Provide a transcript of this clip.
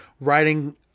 writing